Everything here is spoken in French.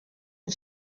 une